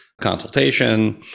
consultation